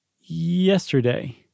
yesterday